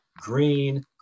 Green